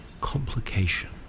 complication